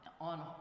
on